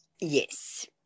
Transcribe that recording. Yes